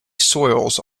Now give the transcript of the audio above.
soils